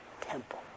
temple